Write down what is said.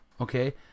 Okay